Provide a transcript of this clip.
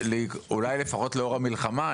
אולי לפחות לאור המלחמה,